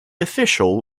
official